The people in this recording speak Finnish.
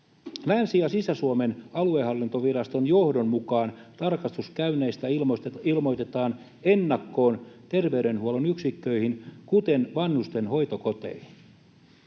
Länsi‑ ja Sisä-Suomen aluehallintoviraston johdon mukaan tarkastuskäynneistä ilmoitetaan ennakkoon terveydenhuollon yksikköihin, kuten vanhusten hoitokoteihin.